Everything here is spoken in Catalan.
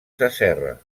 sasserra